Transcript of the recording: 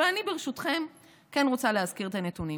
אבל אני ברשותכם כן רוצה להזכיר את הנתונים,